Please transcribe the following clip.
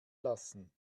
lassen